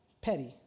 petty